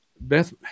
Beth